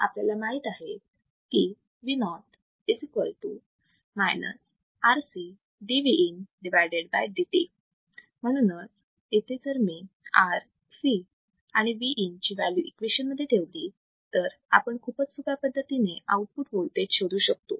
आपल्याला माहित आहे की म्हणूनच इथे जर मी R C आणि Vin ची व्हॅल्यू इक्वेशन मध्ये ठेवली तर आपण खूपच सोप्या पद्धतीने आउटपुट वोल्टेज शोधू शकतो